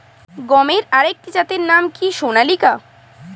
গমের আরেকটি জাতের নাম কি সোনালিকা?